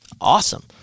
Awesome